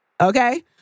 Okay